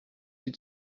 die